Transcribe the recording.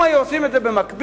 אם היו עושים את זה במקביל,